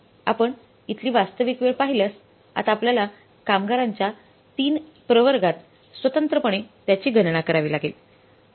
आपण इथली वास्तविक वेळ पाहिल्यास आता आपल्याला कामगारांच्या 3 प्रवर्गात स्वतंत्रपणे त्याची गणना करावी लागेल